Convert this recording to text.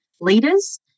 leaders